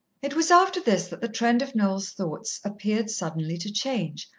it was after this that the trend of noel's thoughts appeared suddenly to change,